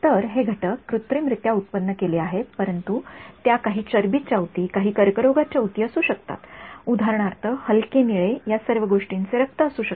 तर हे घटक कृत्रिमरित्या उत्पन्न केले आहेत परंतु त्या काही चरबीच्या ऊती आणि कर्करोगाच्या ऊती असू शकतात उदाहरणार्थ हलके निळे या सर्व गोष्टींचे रक्त असू शकते